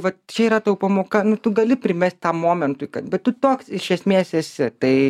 vat čia yra tau pamoka nu tu gali primest tam momentui kad bet tu toks iš esmės esi tai